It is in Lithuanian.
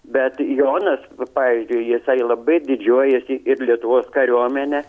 bet jonas pavyzdžiui jisai labai didžiuojuosi ir lietuvos kariuomene